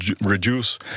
reduce